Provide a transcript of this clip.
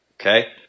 okay